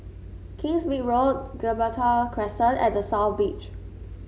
Kingsmead Road Gibraltar Crescent and South Beach